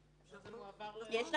מה